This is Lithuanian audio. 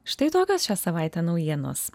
štai tokios šią savaitę naujienos